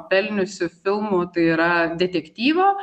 pelniusių filmų tai yra detektyvo